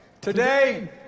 Today